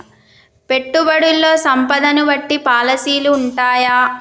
పెట్టుబడుల్లో సంపదను బట్టి పాలసీలు ఉంటయా?